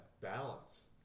balance